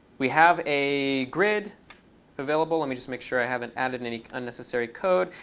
we have a grid available. let me just make sure i haven't added any unnecessary code.